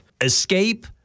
Escape